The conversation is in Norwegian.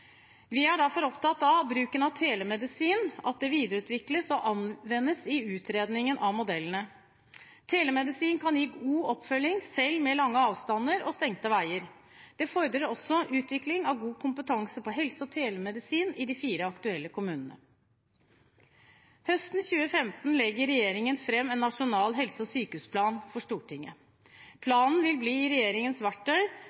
Vi er derfor opptatt av bruken av telemedisin, at det videreutvikles og anvendes i utredningen av modellene. Telemedisin kan gi god oppfølging selv med lange avstander og stengte veier. Det fordrer også utvikling av god kompetanse på telemedisin i de fire aktuelle kommunene. Høsten 2015 legger regjeringen fram en nasjonal helse- og sykehusplan for Stortinget. Planen vil bli regjeringens verktøy